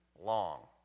long